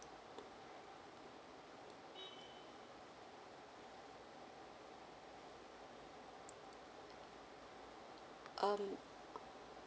um